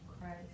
Christ